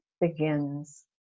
begins